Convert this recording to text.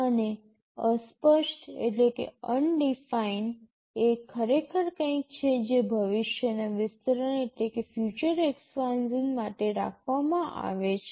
અને અસ્પષ્ટ એ ખરેખર કંઈક છે જે ભવિષ્યના વિસ્તરણ માટે રાખવામાં આવે છે